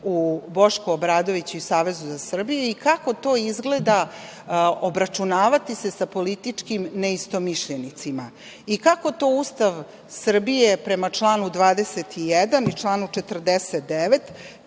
u Bošku Obradoviću i Savezu za Srbiju i kako to izgleda obračunavati se sa političkim neistomišljenicima. I kako to Ustav Srbije prema članu 21. i članu 49.